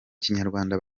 kinyarwanda